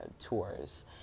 tours